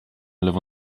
lewo